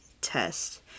test